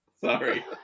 Sorry